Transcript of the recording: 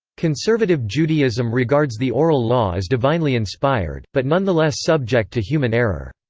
conservative judaism regards the oral law as divinely inspired, but nonetheless subject to human error.